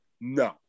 No